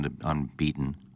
unbeaten